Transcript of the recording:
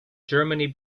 germany